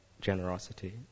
generosity